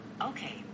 Okay